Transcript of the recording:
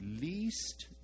least